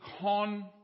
con